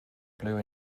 blue